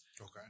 Okay